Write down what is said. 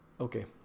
Okay